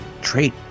trait